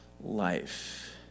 life